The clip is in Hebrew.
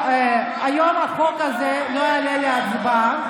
היום החוק הזה לא יעלה להצבעה,